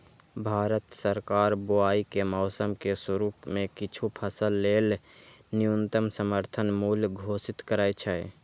भारत सरकार बुआइ के मौसम के शुरू मे किछु फसल लेल न्यूनतम समर्थन मूल्य घोषित करै छै